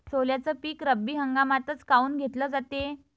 सोल्याचं पीक रब्बी हंगामातच काऊन घेतलं जाते?